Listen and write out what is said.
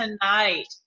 tonight